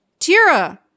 Tira